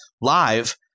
live